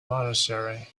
monastery